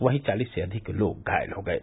वहीं चालीस से अधिक लोग घायल हो गये